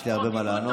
יש לי הרבה מה לענות.